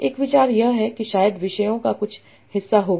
एक विचार यह है कि शायद विषयों का कुछ हिस्सा होगा